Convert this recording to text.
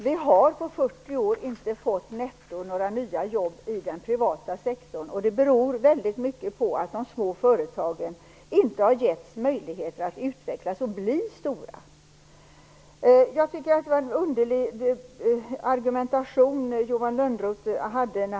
Vi har på 40 år netto inte fått några nya jobb inom den privata sektorn, och det beror i väldigt hög grad på att de små företagen inte har getts möjligheter att utvecklas och bli stora. Det var en underlig argumentation Johan Lönnroth förde.